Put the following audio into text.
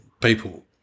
people